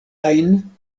ajn